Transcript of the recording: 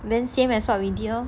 then same as what we did lor